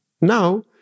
Now